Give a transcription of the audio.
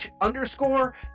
underscore